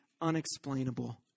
unexplainable